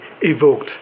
evoked